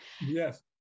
Yes